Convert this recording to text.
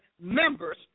members